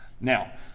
Now